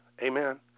Amen